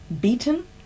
beaten